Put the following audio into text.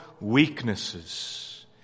weaknesses